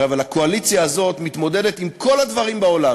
הרי הקואליציה הזאת מתמודדת עם כל הדברים בעולם,